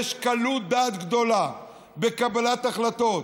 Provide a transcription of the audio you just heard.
יש קלות דעת גדולה בקבלת החלטות.